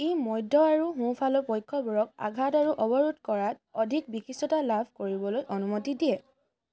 ই মধ্য আৰু সোঁফালৰ পক্ষবোৰক আঘাত আৰু অৱৰোধ কৰাত অধিক বিশিষ্টতা লাভ কৰিবলৈ অনুমতি দিয়ে